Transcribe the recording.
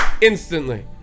Instantly